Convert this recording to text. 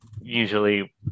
usually